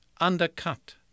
undercut